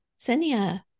Senia